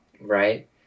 Right